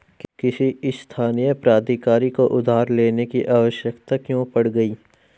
किसी स्थानीय प्राधिकारी को उधार लेने की आवश्यकता क्यों पड़ गई?